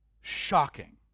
shocking